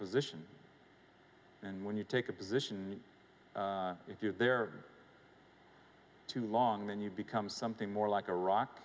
position and when you take a position and if you are there too long then you become something more like a rock